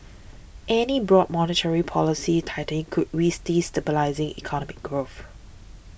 any broad monetary policy tightening could risk destabilising economic growth